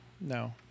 No